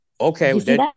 okay